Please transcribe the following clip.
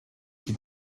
que